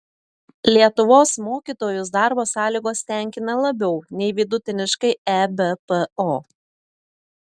lietuvos mokytojus darbo sąlygos tenkina labiau nei vidutiniškai ebpo